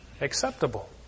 acceptable